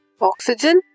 Oxygen